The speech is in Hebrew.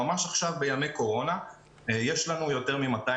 ממש עכשיו בימי קורונה יש לנו יותר מ-200